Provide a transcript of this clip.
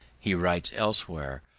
he writes elsewhere,